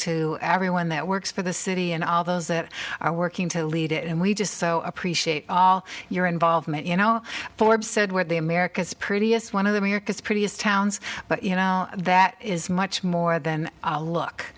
to everyone that works for the city and all those that are working to lead it and we just so appreciate all your involvement you know forbes said where the america's prettiest one of the americas prettiest towns but you know that is much more than a look